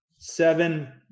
Seven